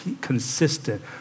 consistent